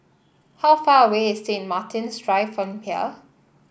how far away is Saint Martin's Drive from here